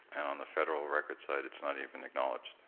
on the federal records side, it's not even acknowledged.